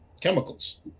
chemicals